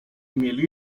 mieli